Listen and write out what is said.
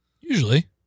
Usually